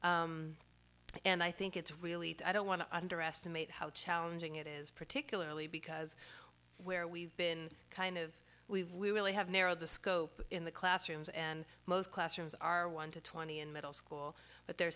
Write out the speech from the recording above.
continue and i think it's really i don't want to underestimate how challenging it is particularly because where we've been kind of we've we really have narrowed the scope in the classrooms and most classrooms are one to twenty and middle school but they're